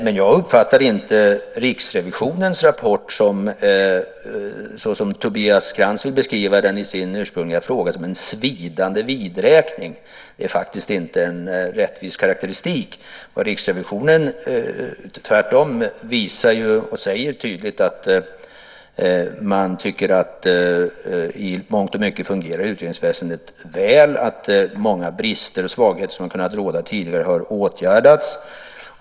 Men jag uppfattar inte Riksrevisionens rapport såsom Tobias Krantz beskriver den i sin ursprungliga fråga - som en svidande vidräkning. Det är faktiskt inte en rättvis karakteristik. Tvärtom visar och säger Riksrevisionen tydligt att man tycker att utredningsväsendet i mångt och mycket fungerar väl och att många brister och svagheter som har kunnat råda tidigare har åtgärdats.